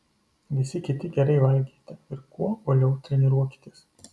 visi kiti gerai valgykite ir kuo uoliau treniruokitės